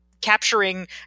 capturing